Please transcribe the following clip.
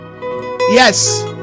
Yes